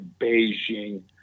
Beijing